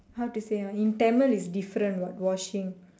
how to say ah in Tamil is different what washing